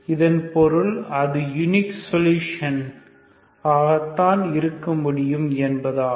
இதன் பொருள் அது யுனிக் சொலுஷன் ஆகத்தான் இருக்க முடியும் என்பதாகும்